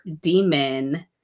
demon